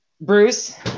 Bruce